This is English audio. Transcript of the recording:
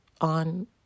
on